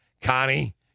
Connie